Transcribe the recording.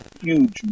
huge